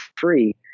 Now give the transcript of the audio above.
free